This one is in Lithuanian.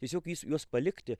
tiesiog jis juos palikti